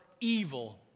evil